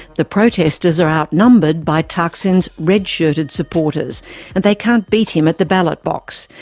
the protesters are outnumbered by thaksin's red-shirted supporters and they can't beat him at the ballot box,